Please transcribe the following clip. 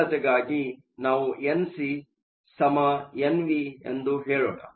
ಸರಳತೆಗಾಗಿ ನಾವು N C N V ಎಂದು ಹೇಳೋಣ